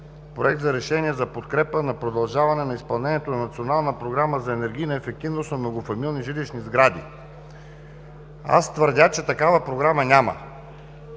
Проект за решение за подкрепа на продължаване на изпълнение на Националната програма енергийната ефективност на многофамилни жилищни сгради. Аз твърдя, че такава програма няма.